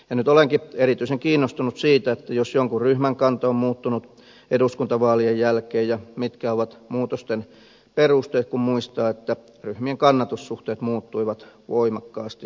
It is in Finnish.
nyt olenkin erityisen kiinnostunut siitä jos jonkun ryhmän kanta on muuttunut eduskuntavaalien jälkeen mitkä ovat muutosten perusteet kun muistaa että ryhmien kannatussuhteet muuttuivat voimakkaasti viime vaaleissa